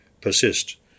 persist